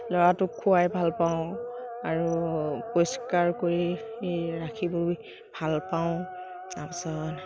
ল'ৰাটোক খুৱাই ভালপাওঁ আৰু পৰিস্কাৰ কৰি ৰাখিবলৈ ভালপাওঁ তাৰপিছত